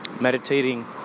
meditating